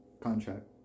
contract